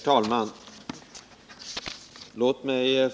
Herr talman!